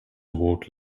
vote